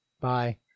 Bye